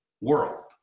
world